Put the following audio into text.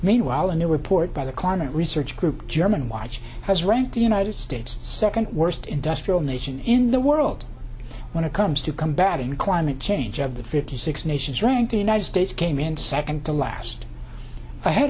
meanwhile a new report by the climate research group german watch has ranked the united states second worst industrial nation in the world when it comes to combating climate change of the fifty six nations ranked the united states came in second to last